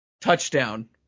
touchdown